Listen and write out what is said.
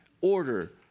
order